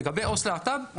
לגבי עו״ס להט״ב,